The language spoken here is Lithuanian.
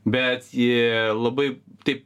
bet ji labai taip